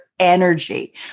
energy